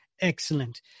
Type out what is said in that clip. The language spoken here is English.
Excellent